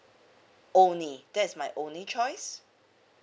only that is my only choice